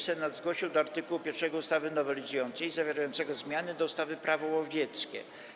Senat zgłosił do art. 1 ustawy nowelizującej zawierającego zmiany do ustawy Prawo łowieckie.